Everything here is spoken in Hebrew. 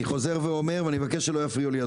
אני חוזר ואומר ואני מבקש שלא יפריעו לי,